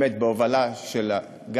באמת, בהובלת גלנט,